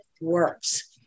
works